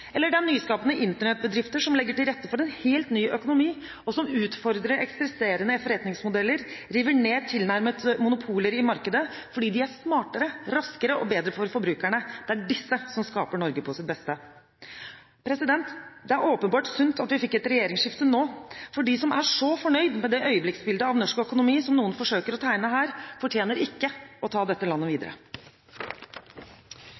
eller det er nyskapende Internett-bedrifter som legger til rette for en helt ny økonomi, og som utfordrer eksisterende forretningsmodeller, river ned tilnærmede monopoler i markedet, fordi de er smartere, raskere og bedre for forbrukerne. Det er disse som skaper Norge på sitt beste. Det er åpenbart sunt at vi fikk et regjeringsskifte nå. For de som er så fornøyd med det øyeblikksbildet av norsk økonomi som noen forsøker å tegne her, fortjener ikke å ta dette landet